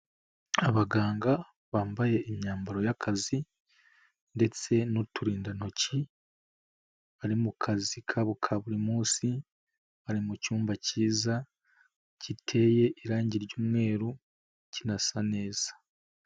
Abaganga bambaye imyambaro y'akazi ndetse n'uturindantoki, bari mu kazi kabo ka buri munsi, bari mu cyumba cyiza, giteye irangi ry'umweru kinasa neza.